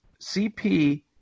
CP